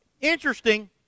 interesting